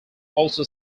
also